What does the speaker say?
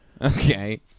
Okay